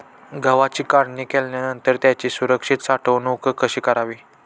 गव्हाची काढणी केल्यानंतर त्याची सुरक्षित साठवणूक कशी करावी?